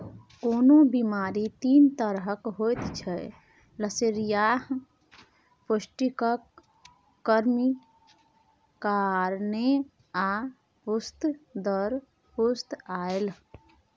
कोनो बेमारी तीन तरहक होइत छै लसेंगियाह, पौष्टिकक कमी कारणेँ आ पुस्त दर पुस्त आएल